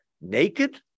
Naked